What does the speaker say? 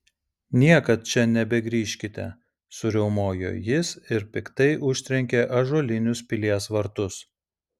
niekad čia nebegrįžkite suriaumojo jis ir piktai užtrenkė ąžuolinius pilies vartus